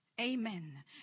Amen